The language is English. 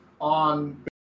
on